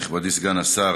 נכבדי סגן השר,